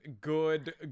good